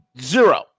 zero